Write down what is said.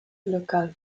local